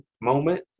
moment